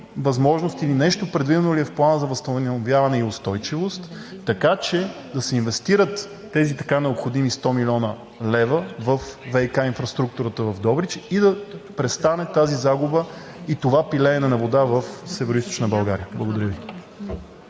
възможност, или предвидено ли е нещо в Плана за възстановяване и устойчивост, така че да се инвестират тези така необходими 100 млн. лв. във ВиК инфраструктурата в Добрич и да престане тази загуба и това пилеене на вода в Североизточна